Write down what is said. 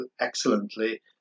excellently